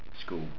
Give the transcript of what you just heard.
school